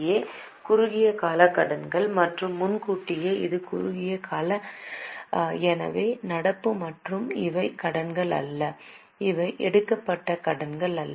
ஏ குறுகிய கால கடன்கள் மற்றும் முன்கூட்டியே இது குறுகிய கால எனவே நடப்பு மற்றும் இவை கடன்கள் அல்ல இவை எடுக்கப்பட்ட கடன்கள் அல்ல